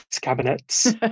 cabinets